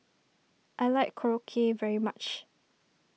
I like Korokke very much